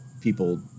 people